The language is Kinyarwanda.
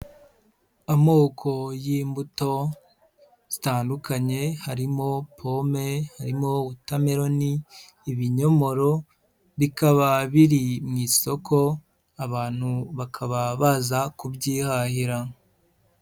Amoko y'imbuto zitandukanye harimo pome, harimo watermelon, ibinyomoro bikaba biri mu isoko abantu bakaba baza kubyihahira.